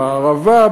במערבה,